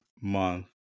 month